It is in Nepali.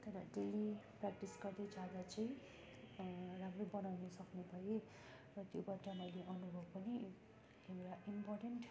तर डेली प्र्याक्टिस गर्दै जाँदा चाहिँ राम्रो बनाउनु सक्ने भएँ र त्योबाट मैले अनुभव पनि एउ एउटा इम्पोर्टेन्ट